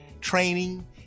training